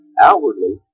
outwardly